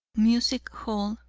music hall,